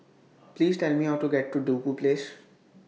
Please Tell Me How to get to Duku Place